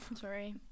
sorry